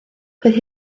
doedd